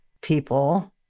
people